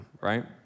right